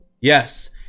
yes